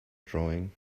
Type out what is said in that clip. drawing